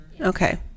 okay